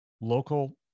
local